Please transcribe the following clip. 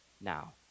Now